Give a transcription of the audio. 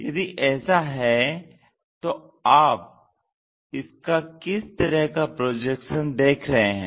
तो यदि ऐसा है तो आप इसका किस तरह का प्रोजेक्शन देख रहे हैं